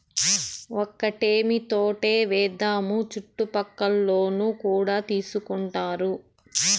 ఒక్కటేమీ తోటే ఏద్దాము చుట్టుపక్కలోల్లు కూడా తీసుకుంటారు